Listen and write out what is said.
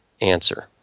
answer